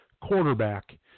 quarterback